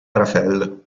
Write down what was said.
raphael